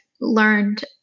learned